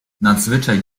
nadzwyczaj